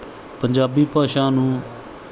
ਪੰਜਾਬੀ ਭਾਸ਼ਾ ਨੂੰ